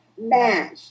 match